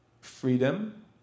freedom